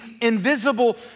invisible